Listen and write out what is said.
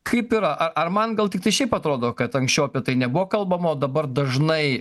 kaip yra a ar man gal tiktai šiaip atrodo kad anksčiau apie tai nebuvo kalbama o dabar dažnai